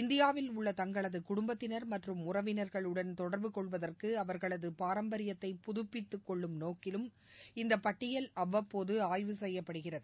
இந்தியாவில் உள்ள தங்களது குடும்பத்தினர் மற்றும் உறவினர்களுடன் தொடர்பு கொள்வதற்கு அவர்களது பாரம்பரியத்தை புதுப்பித்து கொள்ளும் நோக்கிலும் இந்த பட்டியல் அவ்வப்போது ஆய்வு செய்யப்படுகிறது